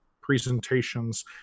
presentations